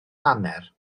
hanner